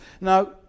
Now